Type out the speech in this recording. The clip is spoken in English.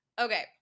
Okay